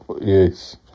Yes